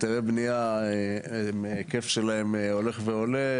היתרי בנייה ההיקף שלהם הולך ועולה,